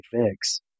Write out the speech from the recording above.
fix